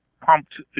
pumped